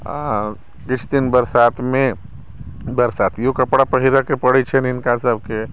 किछु दिन बरसातमे बरसातियो कपड़ा पहिरैके पड़ै छन्हि हिनकासभके